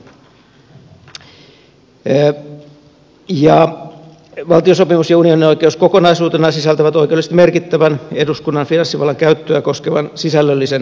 valtiosopimus ja unionin oikeus kokonaisuutena sisältävät oikeudellisesti merkittävän eduskunnan finanssivallan käyttöä koskevan sisällöllisen rajoitteen